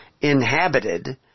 inhabited